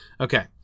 Okay